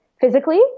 physically